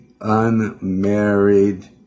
unmarried